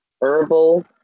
Herbal